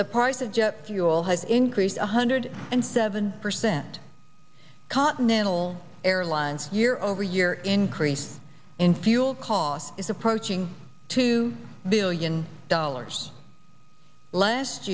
the price of jet fuel has increased one hundred and seven percent continental airlines year over year increase in fuel costs is approaching two billion dollars last